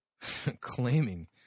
claiming